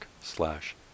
slash